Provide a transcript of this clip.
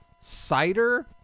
cider